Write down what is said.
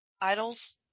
idols